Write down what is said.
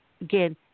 again